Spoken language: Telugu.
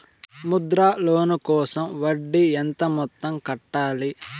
ముద్ర లోను కోసం వడ్డీ ఎంత మొత్తం కట్టాలి